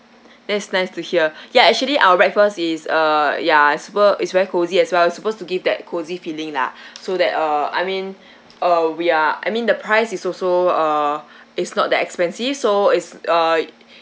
that's nice to hear ya actually our breakfast is uh ya is super is very cozy as well as supposed to give that cosy feeling lah so that uh I mean uh we are I mean the price is also uh it's not that expensive so is uh